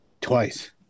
twice